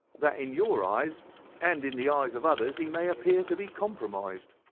that in your eyes and in the eyes of others he may appear to be compromised.